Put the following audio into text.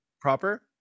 Proper